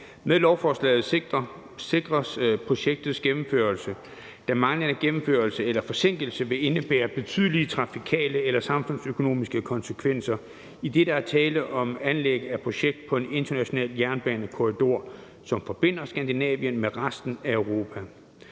Med lovforslaget sikres projektets gennemførelse, da manglende gennemførelse eller forsinkelse vil indebære betydelige trafikale eller samfundsøkonomiske konsekvenser, idet der er tale om anlæg af projekter på en international jernbanekorridor, som forbinder Skandinavien med resten af Europa.